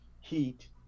heat